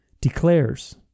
Declares